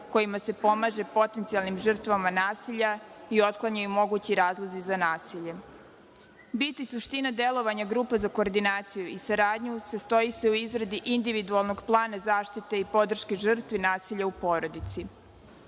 kojima se pomaže potencijalnim žrtvama nasilja i otklanjaju mogući razlozi za nasilje. Bit i suština delovanja grupe za koordinaciju i saradnju sastoji se u izradi individualnog plana zaštite i podrški žrtvi nasilja u porodici.